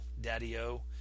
daddy-o